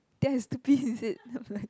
think I stupid is it then I'm like